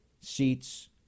seats